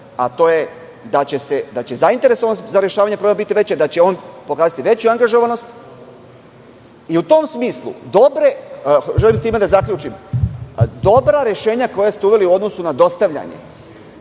a to je da će zainteresovanost za rešavanje problema biti veća, da će on pokazati veću angažovanost. U tom smislu, želim time da zaključim, dobra rešenja koja ste uveli u odnosu na dostavljanje,